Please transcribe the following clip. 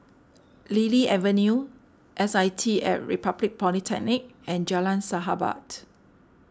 Lily Avenue S I T at Republic Polytechnic and Jalan Sahabat